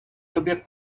době